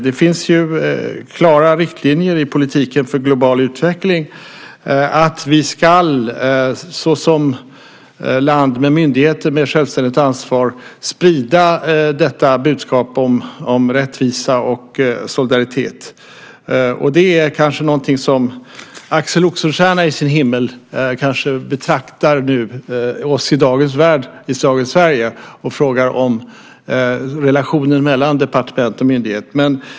Det finns klara riktlinjer i politiken för global utveckling att vi ska, såsom ett land med myndigheter med självständigt ansvar, sprida detta budskap om rättvisa och solidaritet. Axel Oxenstierna i sin himmel betraktar kanske oss i dagens Sverige och frågar om relationen mellan departement och myndighet.